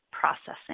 Processing